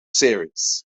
series